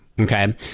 okay